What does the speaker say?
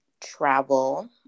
travel